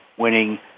winning